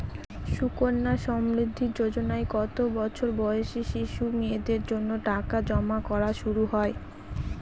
সুকন্যা সমৃদ্ধি যোজনায় কত বছর বয়সী শিশু মেয়েদের জন্য টাকা জমা করা শুরু হয়?